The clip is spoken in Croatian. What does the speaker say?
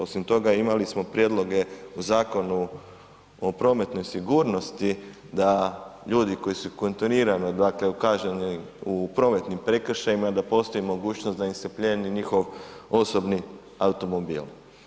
Osim toga, imali smo prijedloge u Zakonu o prometnoj sigurnosti da ljudi koji su kontinuirano dakle kažnjeni u prometnim prekršajima da postoji mogućnost da im se plijeni njihov osobni automobil.